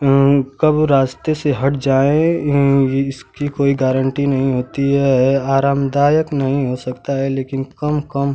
ये कब रास्ते से हट जाएँ ये इसकी कोई गारंटी नहीं होती है आरामदायक नहीं हो सकता है लेकिन कम कम